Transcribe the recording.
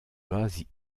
base